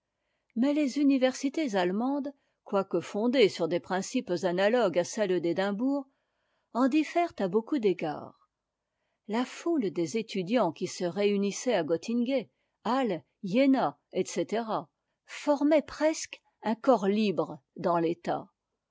mais les universités allemandes quoique fondées sur des principes analogues à ceux d'angleterre en diffèrent à beaucoup d'égards la foule des étudiants qui se réunissaient à gœttingue hall lena etc formaient presque un corps libre dans l'état